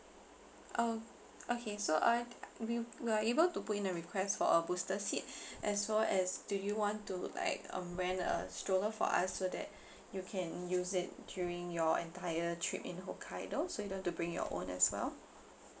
oh okay so uh we we are able to put in a request for a booster seat as well as do you want to like um rent a stroller from us so that you can use it during your entire trip in hokkaido so you don't have to bring your own as well